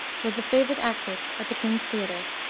was the favorite actress at the king's theater.